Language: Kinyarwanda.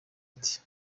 ati